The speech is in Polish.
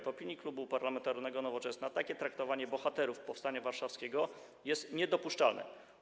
W opinii Klubu Poselskiego Nowoczesna takie traktowanie bohaterów powstania warszawskiego jest niedopuszczalne.